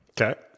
Okay